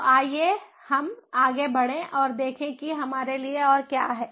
तो आइए हम आगे बढ़ें और देखें कि हमारे लिए और क्या है